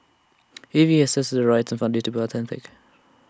A V A has tested the right and found IT to be authentic